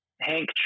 Hank